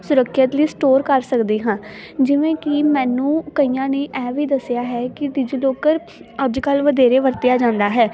ਸੁਰੱਖਿਅਤ ਲਈ ਸਟੋਰ ਕਰ ਸਕਦੇ ਹਾਂ ਜਿਵੇਂ ਕਿ ਮੈਨੂੰ ਕਈਆਂ ਨੇ ਇਹ ਵੀ ਦੱਸਿਆ ਹੈ ਕਿ ਡਿਜੀਲੋਕਰ ਅੱਜ ਕੱਲ੍ਹ ਵਧੇਰੇ ਵਰਤਿਆ ਜਾਂਦਾ ਹੈ